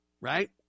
Right